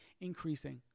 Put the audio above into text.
increasing